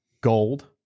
gold